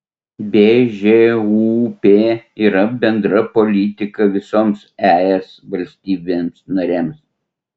bžūp yra bendra politika visoms es valstybėms narėms